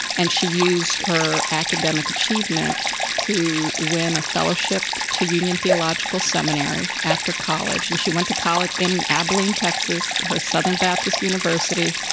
and she used her academic achievement to win a fellowship to union theological seminary after college and she went to college in abilene, texas, her southern baptist university.